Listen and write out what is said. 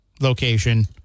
location